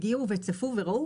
הגיעו וצפו וראו,